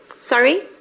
sorry